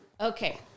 Okay